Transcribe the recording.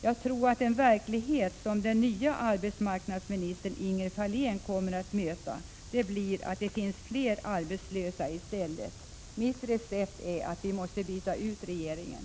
Jag tror att den verklighet som den nya arbetsmarknadsministern Ingela Thalén kommer att få möta är fler arbetslösa. Mitt recept är: Vi måste byta ut regeringen.